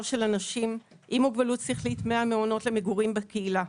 של אנשים עם מוגבלות שכלית מהמעונות למגורים בקהילה,